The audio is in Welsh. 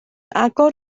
agor